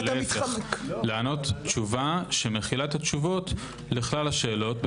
אני מנסה לענות תשובה שמכילה את התשובות לכלל השאלות.